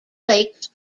lakes